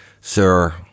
Sir